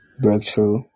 Breakthrough